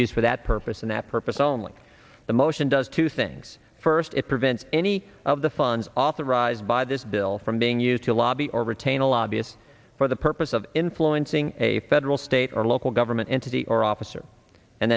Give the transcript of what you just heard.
used for that purpose and that purpose only the motion does two things first it prevents any of the funds authorized by this bill from being used to lobby or retain a lobbyist for the purpose of influencing a federal state or local government entity or officer and